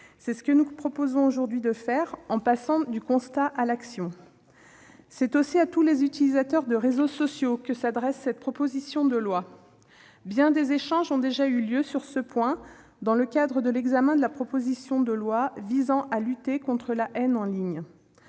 C'est ce que nous suggérons aujourd'hui de faire en passant du constat à l'action. C'est aussi à tous les utilisateurs de réseaux sociaux que s'adresse cette proposition de loi. Bien des échanges ont déjà eu lieu sur ce sujet dans le cadre de l'examen de la proposition de loi visant à lutter contre les contenus